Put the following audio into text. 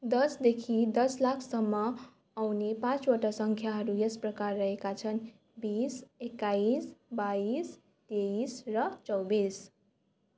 दसदेखि दस लाखसम्म आउने पाँचवटा सङ्ख्याहरू यस प्रकार रहेका छन् बिस एक्काइस बाइस तेइस र चौबिस